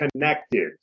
connected